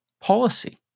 policy